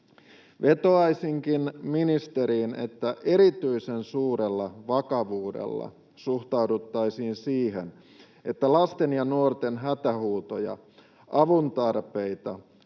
Vetoaisinkin ministeriin, että erityisen suurella vakavuudella suhtauduttaisiin siihen, että lasten ja nuorten hätähuutoja, avuntarpeita,